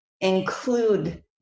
include